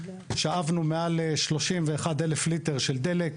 שאבנו מעל 31,000 ליטר של דלק,